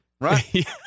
Right